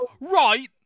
right